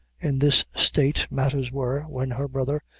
in this state matters were, when her brother,